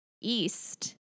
East